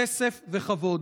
כסף וכבוד.